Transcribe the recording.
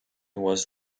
was